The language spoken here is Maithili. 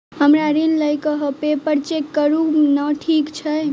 हमरा ऋण लई केँ हय पेपर चेक करू नै ठीक छई?